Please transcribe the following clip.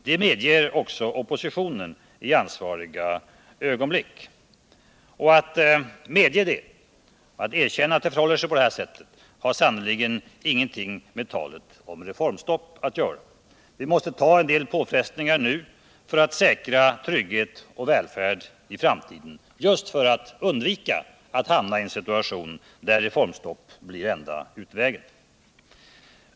Det medger också oppositionen i ögonblick då den känner ansvar. Att erkänna att det förhåller sig på det sättet har sannerligen ingenting med talet om reformstopp att göra. Vi måste ta en del påfrestningar nu för att säkra trygghet och välfärd i framtiden — just för att undvika att hamna i en situation där reformstopp blir enda utvägen.